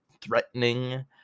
threatening